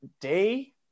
day